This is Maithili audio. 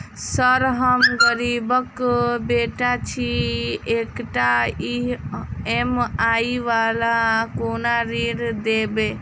सर हम गरीबक बेटा छी एकटा ई.एम.आई वला कोनो ऋण देबै?